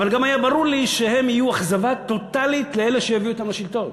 אבל גם היה ברור לי שהם יהיו אכזבה טוטלית לאלה שהביאו אותם לשלטון,